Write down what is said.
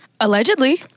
Allegedly